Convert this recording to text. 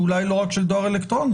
ואולי לא רק של דואר אלקטרוני.